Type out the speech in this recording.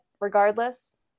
regardless